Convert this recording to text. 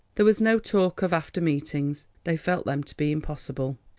there was no talk of after meetings they felt them to be impossible,